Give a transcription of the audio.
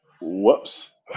Whoops